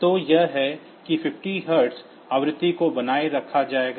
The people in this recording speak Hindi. तो यह है कि 50 हर्ट्ज आवृत्ति को बनाए रखा जाएगा